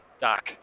Doc